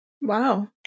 Wow